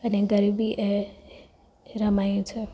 અને ગરબી એ રમાય છે